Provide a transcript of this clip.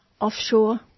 offshore